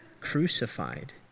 crucified